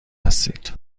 هستید